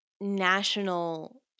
national